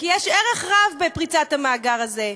כי יש ערך רב בפריצת המאגר הזה.